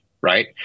right